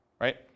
right